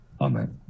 Amen